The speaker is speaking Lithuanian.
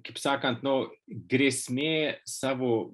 kaip sakant nu grėsmė savo